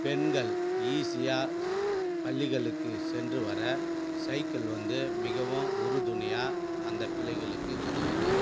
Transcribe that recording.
பெண்கள் ஈஸியாக சு பள்ளிகளுக்கு சென்று வர சைக்கள் வந்து மிகவும் உறுதுணையாக அந்த பிள்ளைகளுக்கு உதவுது